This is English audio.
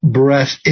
breath